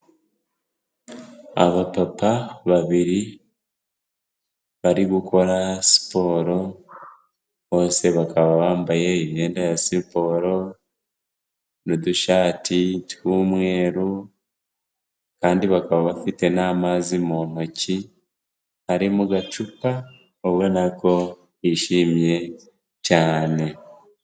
Abapapa babiri bari gukora siporo bose bakaba bambaye imyenda ya siporo n'udushati tw'umweru, kandi bakaba bafite n'amazi mu ntoki ari mu gacupa, ubona ko bishimye cyane.